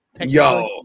yo